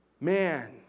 Man